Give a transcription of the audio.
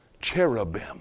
cherubim